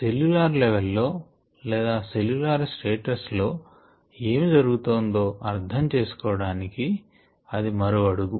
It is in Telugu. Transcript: సెల్ల్యూలార్ లెవల్ లో లేదా సెల్ల్యూలార్ స్టేటస్ లో ఏమి జరుగుతొందో అర్ధం చేసుకోవడానికి అది మరో అడుగు